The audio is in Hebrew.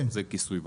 אחוזי כיסוי וכו'.